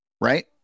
right